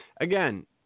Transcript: Again